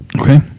Okay